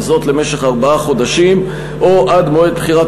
וזאת למשך ארבעה חודשים או עד מועד בחירת